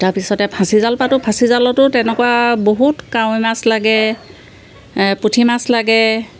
তাৰপিছতে ফাঁচিজাল পাতোঁ ফাঁচিজালতো তেনেকুৱা বহুত কাৱৈ মাছ লাগে পুঠি মাছ লাগে